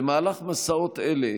במהלך מסעות אלה